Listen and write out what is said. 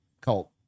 cult